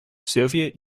soviet